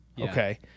Okay